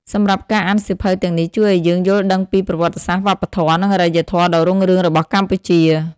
សម្រាប់ការអានសៀវភៅទាំងនេះជួយឲ្យយើងយល់ដឹងពី ប្រវត្តិសាស្ត្រ វប្បធម៌ និងអរិយធម៌ដ៏រុងរឿងរបស់កម្ពុជា។